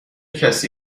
کسی